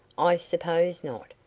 i suppose not,